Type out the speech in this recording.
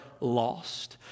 lost